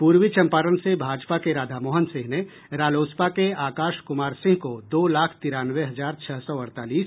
पूर्वी चंपारण से भाजपा के राधामोहन सिंह ने रालोसपा के आकाश कुमार सिंह को दो लाख तिरानवे हजार छह सौ अड़तालीस